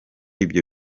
ibyo